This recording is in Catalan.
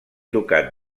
ducat